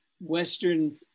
Western